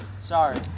Sorry